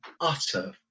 utter